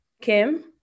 Kim